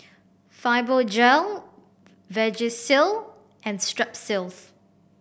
Fibogel Vagisil and Strepsils